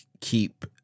keep